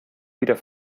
wieder